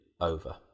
over